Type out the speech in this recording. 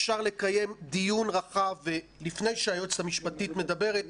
אפשר לקיים דיון רחב ולפני שהיועצת המשפטית מדברת,